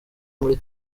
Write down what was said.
muri